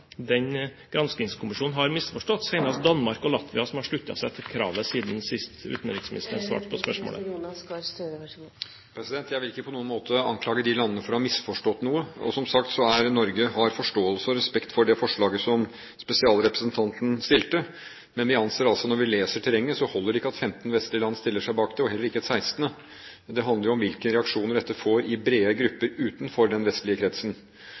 den granskningskommisjonen, har misforstått? Det er senest Danmark og Latvia som har sluttet seg til kravet siden sist utenriksministeren svarte på spørsmålet. Jeg vil ikke på noen måte anklage de landene for å ha misforstått noe. Som sagt har Norge forståelse og respekt for det forslaget som spesialrepresentanten fremmet. Men vi anser det altså slik, når vi leser terrenget, at det ikke holder at 15 vestlige land stiller seg bak det, og heller ikke et sekstende. Det handler om hvilke reaksjoner dette får i brede grupper utenfor den vestlige kretsen.